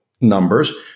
numbers